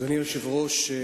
אדוני היושב-ראש,